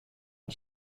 and